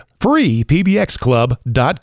freepbxclub.com